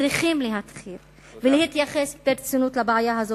צריכים להתחיל ולהתייחס ברצינות לבעיה הזאת,